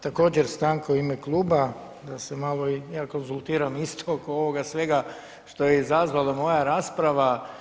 Također stanka u ime kluba da se malo i ja konzultiram isto oko ovoga svega što je izazvala moja rasprava.